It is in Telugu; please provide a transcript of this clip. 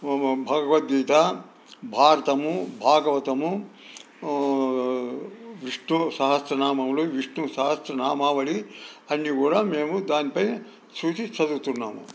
భగవద్గీత భారతము భాగవతము విష్ణు సహస్రనామములు విష్ణు సహస్ర నామావళి అన్నీ కూడా మేము దానిపై చూసి చదువుతున్నాము